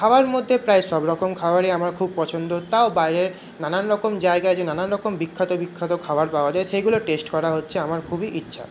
খাবার মধ্যে প্রায় সবরকম খাবারই আমার পছন্দ তাও বাইরের নানান রকম জায়গায় যে নানান রকম বিখ্যাত বিখ্যাত খাবার পাওয়া যায় সেগুলো টেস্ট করা হচ্ছে আমার খুবই ইচ্ছা